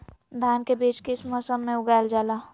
धान के बीज किस मौसम में उगाईल जाला?